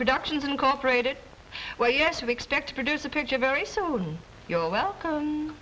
productions incorporated well yes we expect to produce a picture very soon you're welcome